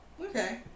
Okay